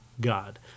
God